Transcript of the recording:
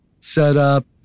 setup